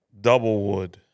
Doublewood